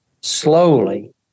slowly